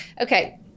Okay